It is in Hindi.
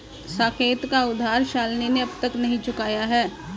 साकेत का उधार शालिनी ने अब तक नहीं चुकाया है